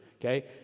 Okay